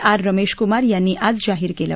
R Ramesh Kumar यांनी आज जाहीर केलं